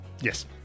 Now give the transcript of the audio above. Yes